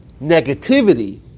negativity